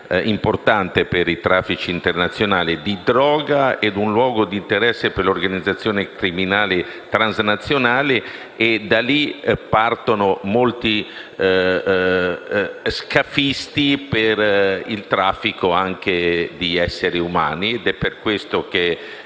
importante per i traffici internazionali di droga ed un luogo di interesse per le organizzazioni criminali transnazionali. Da lì partono molti scafisti per il traffico di esseri umani. Per detti